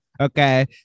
okay